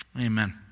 Amen